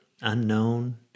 unknown